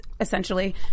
essentially